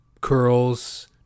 curls